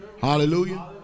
Hallelujah